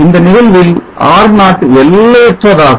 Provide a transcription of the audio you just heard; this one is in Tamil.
அந்த நிகழ்வில் R0 எல்லையற்றதாகும்